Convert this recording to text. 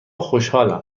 خوشحالم